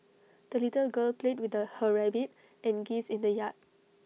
the little girl played with A her rabbit and geese in the yard